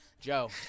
Joe